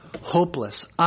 hopeless